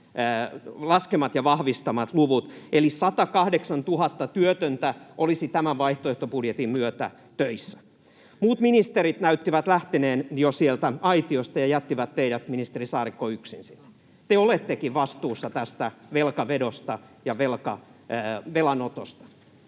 laskemat ja vahvistamat luvut, että 108 000 työtöntä olisi tämän vaihtoehtobudjetin myötä töissä. Muut ministerit näyttivät jo lähtevän sieltä aitiosta ja jättivät teidät, ministeri Saarikko, yksin sinne. Te olettekin vastuussa tästä velkavedosta ja velanotosta.